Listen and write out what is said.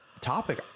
topic